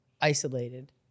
isolated